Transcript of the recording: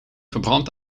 verbrand